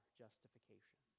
justification